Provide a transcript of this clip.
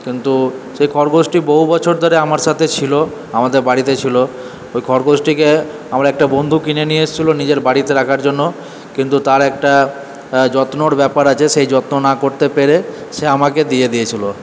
কিন্তু সেই খরগোশটি বহু বছর ধরে আমার সাথে ছিল আমাদের বাড়িতে ছিল ওই খরগোশটিকে আমার একটা বন্ধু কিনে নিয়ে এসেছিল নিজের বাড়িতে রাখার জন্য কিন্তু তার একটা যত্নর ব্যাপার আছে সেই যত্ন না করতে পেরে সে আমাকে দিয়ে দিয়েছিল